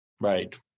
Right